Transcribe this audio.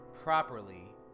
properly